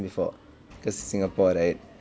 before cause singapore right